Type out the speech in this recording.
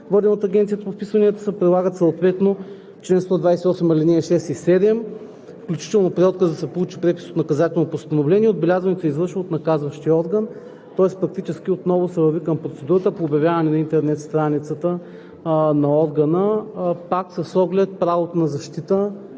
воден от Агенцията по вписванията, се прилагат съответно чл. 128, ал. 6 и 7 включително. При отказ да се получи препис от наказателното постановление, отбелязването се извършва от наказващия орган.“ Тоест практически отново се върви към процедурата по обявяване на интернет страницата на органа пак с оглед правото на защита